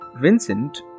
Vincent